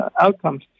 outcomes